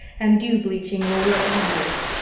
and dew-bleaching will work wonders.